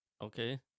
okay